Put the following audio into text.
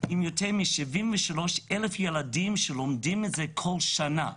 עם יותר מ-73,000 ילדים שלומדים את זה כל שנה.